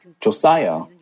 Josiah